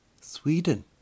Sweden